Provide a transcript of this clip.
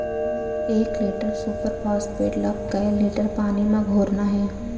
एक litre super phosphate ला कए लीटर पानी मा घोरना हे?